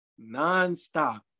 nonstop